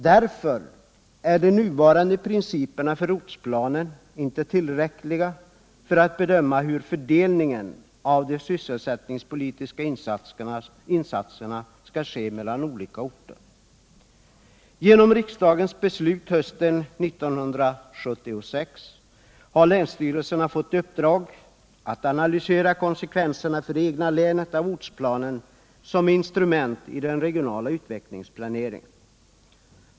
Därför är de nuvarande principerna för ortsplanen inte tillräckliga för att bedöma hur fördelningen av de sysselsättningspolitiska insatserna skall göras mellan olika orter. Genom riksdagens beslut hösten 1976 har länsstyrelserna fått i uppdrag att analysera konsekvenserna för det egna länet av ortsplanen som instrument i den regionala utvecklingsplaneringen.